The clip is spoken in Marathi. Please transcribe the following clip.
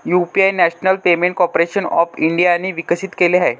UPI national payment corporation of इंडियाने विकसित केले आहे